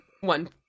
one